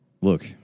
Look